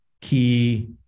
key